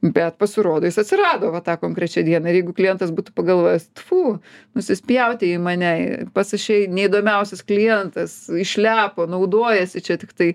bet pasirodo jis atsirado va tą konkrečią dieną ir jeigu klientas būtų pagalvojęs tfu nusispjauti į mane pats aš jai neįdomiausias klientas išlepo naudojasi čia tiktai